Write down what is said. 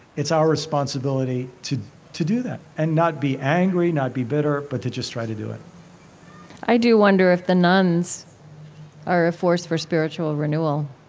it's our responsibility to to do that and not be angry, not be bitter, but to just try to do it i do wonder if the nones are a force for spiritual renewal